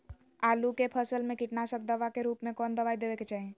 आलू के फसल में कीटनाशक दवा के रूप में कौन दवाई देवे के चाहि?